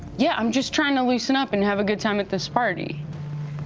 yeah, i'm just trying to loosen up and have a good time at this party.